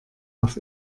auf